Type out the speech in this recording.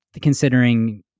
considering